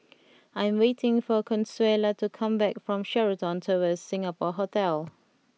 I am waiting for Consuela to come back from Sheraton Towers Singapore Hotel